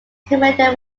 commander